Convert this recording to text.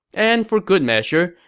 and for good measure,